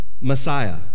Messiah